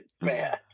Man